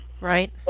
Right